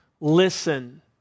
listen